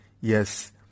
Yes